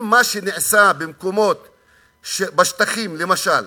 אם מה שנעשה בשטחים, למשל,